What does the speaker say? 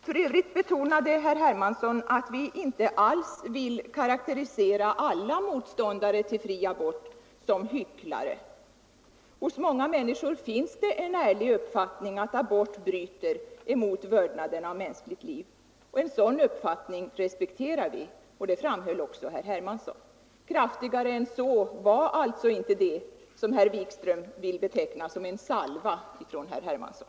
För övrigt betonade herr Hermansson att vi inte alls vill karakterisera alla motståndare till fri abort som hycklare. Hos många människor finns det en ärlig uppfattning att abort bryter mot vördnaden för mänskligt liv. En sådan uppfattning respekterar vi, och det framhöll också herr Hermansson. Kraftigare än så var alltså inte det som herr Wikström vill beteckna som en salva från herr Hermansson.